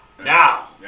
Now